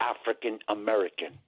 African-American